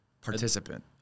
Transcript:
participant